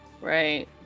Right